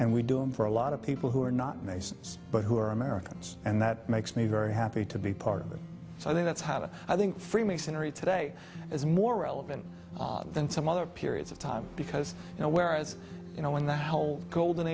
and we do i'm for a lot of people who are not masons but who are americans and that makes me very happy to be part of it so i think that's how to i think freemasonry today is more relevant than some other periods of time because now whereas you know when the whole golden